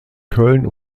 köln